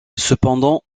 cependant